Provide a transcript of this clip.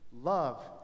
love